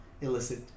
illicit